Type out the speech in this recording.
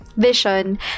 vision